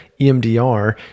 EMDR